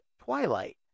Twilight